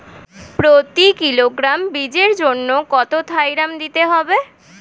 প্রতি কিলোগ্রাম বীজের জন্য কত থাইরাম দিতে হবে?